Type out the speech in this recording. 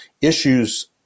issues